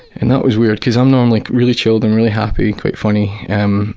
and that was weird, cause i'm normally really chilled, and really happy, and quite funny. um